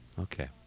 okay